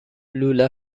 لوله